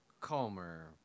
calmer